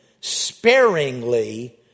sparingly